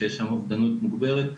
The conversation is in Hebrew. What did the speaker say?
יש שם אובדנות מוגברת.